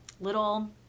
little